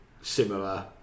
similar